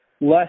Less